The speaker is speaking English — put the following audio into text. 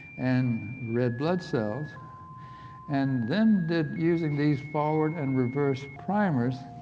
and red blood cells and then did using these forward and reverse primers,